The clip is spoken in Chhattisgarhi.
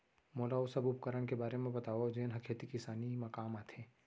मोला ओ सब उपकरण के बारे म बतावव जेन ह खेती किसानी म काम आथे?